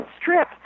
strip